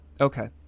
Okay